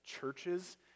Churches